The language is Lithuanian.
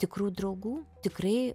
tikrų draugų tikrai